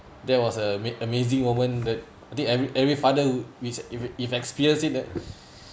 that was uh amaz~ amazing moment that I think every every father would which if if experience it ah